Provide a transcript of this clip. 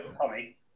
Tommy